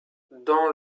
dans